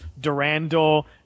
Durandal